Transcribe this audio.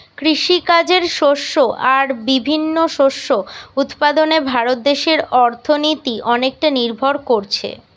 কৃষিকাজের শস্য আর বিভিন্ন শস্য উৎপাদনে ভারত দেশের অর্থনীতি অনেকটা নির্ভর কোরছে